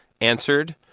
answered